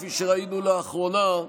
כפי שראינו לאחרונה,